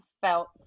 felt